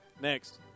Next